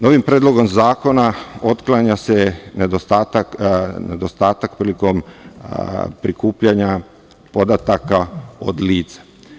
Novim predlogom zakona otklanja se nedostatak prilikom prikupljanja podataka od lica.